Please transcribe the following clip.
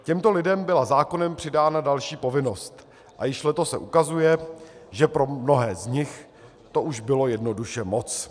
Těmto lidem byla zákonem přidána další povinnost a již letos se ukazuje, že pro mnohé z nich to už bylo jednoduše moc.